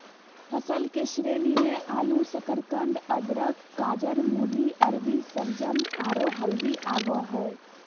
फसल के श्रेणी मे आलू, शकरकंद, अदरक, गाजर, मूली, अरबी, शलजम, आरो हल्दी आबो हय